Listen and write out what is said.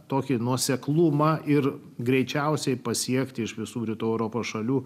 tokį nuoseklumą ir greičiausiai pasiekti iš visų rytų europos šalių